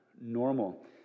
normal